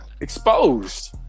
exposed